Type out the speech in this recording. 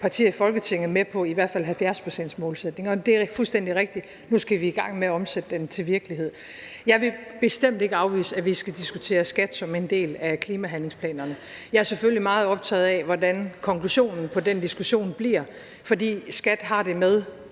partier i Folketinget med på i hvert fald 70-procentsmålsætningen. Og det er fuldstændig rigtigt – nu skal vi i gang med at omsætte den til virkelighed. Jeg vil bestemt ikke afvise, at vi skal diskutere skat som en del af klimahandlingsplanerne. Jeg er selvfølgelig meget optaget af, hvordan konklusionen på den diskussion bliver, for skat har det med